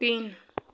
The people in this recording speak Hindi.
तीन